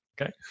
Okay